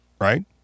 right